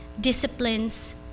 disciplines